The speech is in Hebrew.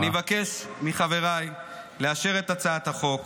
אני מבקש מחבריי לאשר את הצעת החוק.